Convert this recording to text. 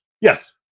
Yes